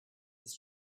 ist